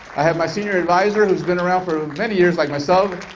i have my senior advisor who's been around for many years like myself.